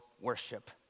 worship